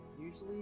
usually